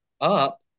up